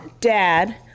dad